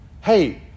hey